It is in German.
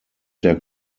der